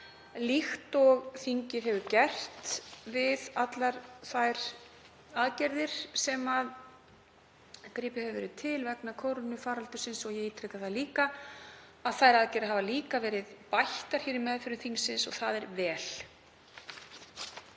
líkt og þingið hefur gert við allar þær aðgerðir sem gripið hefur verið til vegna kórónuveirufaraldursins. Og ég ítreka að þær aðgerðir hafa líka verið bættar í meðförum þingsins og það er vel.